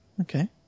Okay